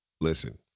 Listen